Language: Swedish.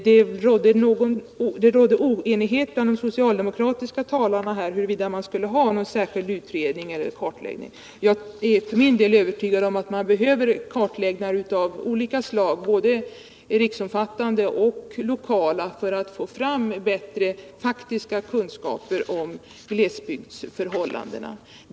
Det råder oenighet bland de socialdemokratiska talarna huruvida man skall göra någon särskild utredning eller kartläggning. Jag är övertygad om att det behövs kartläggningar av olika slag, både riksomfattande och lokala, för att få fram bättre faktiska kunskaper om glesbygdsförhållandena.